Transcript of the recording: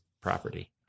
property